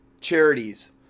charities